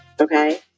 Okay